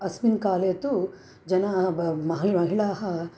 अस्मिन् काले तु जनाः महिला महिलाः